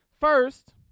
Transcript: First